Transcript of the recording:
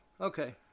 okay